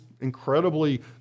incredibly